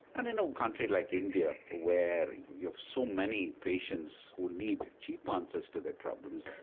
and in a country like india where you have so many patients who need cheap answers to their problems,